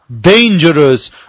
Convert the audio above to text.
dangerous